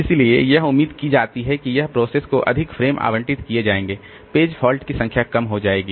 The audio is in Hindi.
इसलिए यह उम्मीद की जाती है कि एक प्रोसेस को अधिक फ्रेम आवंटित किए जाएंगे पेज फॉल्ट की संख्या कम हो जाएगी